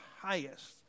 highest